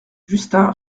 justin